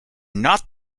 not